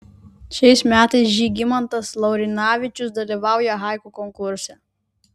šiais metais žygimantas laurinavičius dalyvauja haiku konkurse